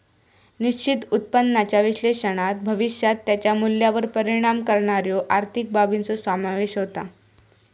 निश्चित उत्पन्नाच्या विश्लेषणात भविष्यात त्याच्या मूल्यावर परिणाम करणाऱ्यो आर्थिक बाबींचो समावेश होता